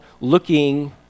looking